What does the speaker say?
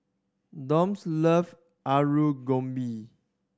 Donte love Alu Gobi